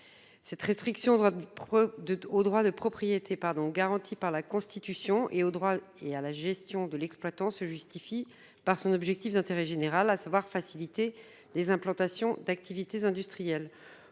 Cette restriction au droit de propriété, garanti par la Constitution, et aux droits et à la gestion de l'exploitant se justifie par son objectif d'intérêt général, à savoir faciliter les implantations d'activités industrielles.